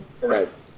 correct